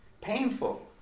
Painful